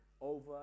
over